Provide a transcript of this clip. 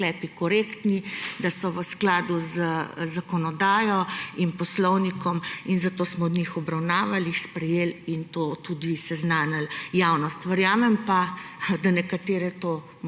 da so v skladu z zakonodajo in poslovnikom, in zato smo jih obravnavali, jih sprejeli in s tem tudi seznanili javnost. Verjamem pa, da nekatere to močno